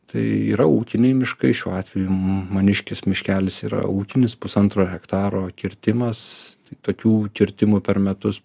tai yra ūkiniai miškai šiuo atveju maniškis miškelis yra ūkinis pusantro hektaro kirtimas tokių kirtimų per metus